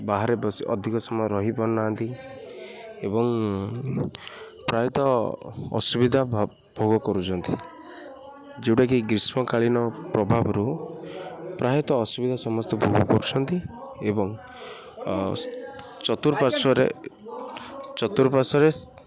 ବାହାରେ ବସି ଅଧିକ ସମୟ ରହିପାରୁନାହାନ୍ତି ଏବଂ ପ୍ରାୟତଃ ଅସୁବିଧା ଭୋଗ କରୁଛନ୍ତି ଯେଉଁଟାକି ଗ୍ରୀଷ୍ମକାଳୀନ ପ୍ରଭାବରୁ ପ୍ରାୟତଃ ଅସୁବିଧା ସମସ୍ତେ ଭୋଗ କରୁଛନ୍ତି ଏବଂ ଚତୁର୍ପାଶ୍ୱରେ ଚତୁର୍ପାଶ୍ୱରେ